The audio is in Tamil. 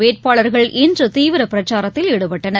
வேட்பாளர்கள் இன்றுதீவிரபிரச்சாரத்தில் ஈடுபட்டனர்